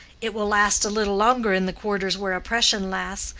it will last a little longer in the quarters where oppression lasts,